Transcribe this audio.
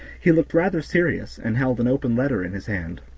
he looked rather serious, and held an open letter in his hand.